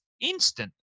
instant